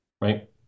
right